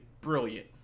brilliant